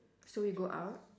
so we go out